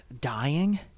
dying